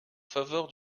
faveur